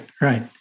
right